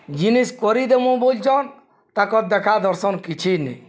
ଜିନିଷ୍ କରିଦେମୁଁ ବୋଲୁଛନ୍ ତାଙ୍କର୍ ଦେଖା ଦର୍ଶନ କିଛି ନାଇଁ